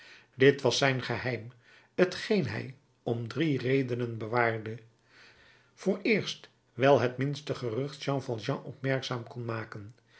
dit was zijn geheim t geen hij om drie redenen bewaarde vooreerst wijl het minste gerucht jean valjean opmerkzaam kon maken